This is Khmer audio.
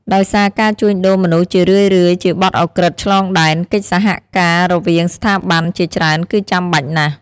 ដោយសារការជួញដូរមនុស្សជារឿយៗជាបទឧក្រិដ្ឋឆ្លងដែន កិច្ចសហការរវាងស្ថាប័នជាច្រើនគឺចាំបាច់ណាស់។